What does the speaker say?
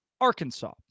Arkansas